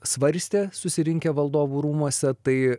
svarstė susirinkę valdovų rūmuose tai